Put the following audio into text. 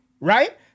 Right